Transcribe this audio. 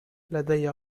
لدي